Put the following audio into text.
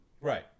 Right